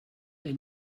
they